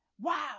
Wow